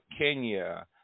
Kenya